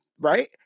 right